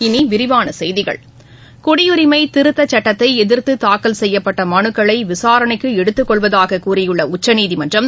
இனிவிரிவானசெய்திகள் குடியுரிமைதிருத்தசட்டத்தைஎதிர்த்துதாக்கல் செய்யப்பட்டமனுக்களைவிசாரணைக்குஎடுத்துக்கொள்வதாககூறியுள்ளஉச்சநீதிமன்றம்